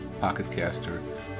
Pocketcaster